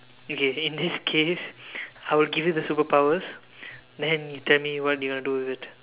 okay in this case I will give you the superpowers then you will tell me what you want to do with it